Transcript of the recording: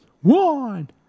One